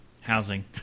housing